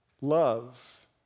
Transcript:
love